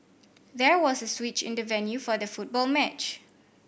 there was a switch in the venue for the football match